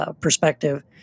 perspective